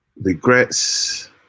Regrets